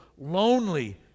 lonely